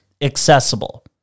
accessible